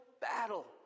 battle